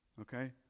Okay